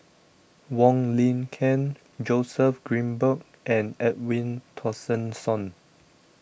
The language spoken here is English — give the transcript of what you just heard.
Wong Lin Ken Joseph Grimberg and Edwin Tessensohn